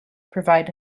provide